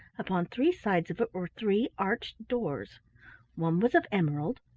upon three sides of it were three arched doors one was of emerald,